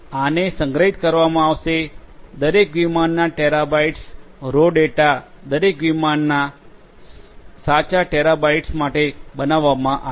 આને સંગ્રહિત કરવામાં આવશે દરેક વિમાનના ટેરાબાઇટ્સ રો ડેટા દરેક વિમાનના સાચા ટેરાબાઇટ્સ માટે બનાવવામાં આવે છે